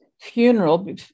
Funeral